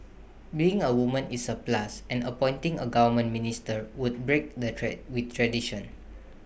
being A woman is A plus and appointing A government minister would break the tray with tradition